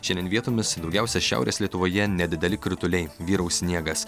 šiandien vietomis daugiausia šiaurės lietuvoje nedideli krituliai vyraus sniegas